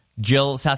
Jill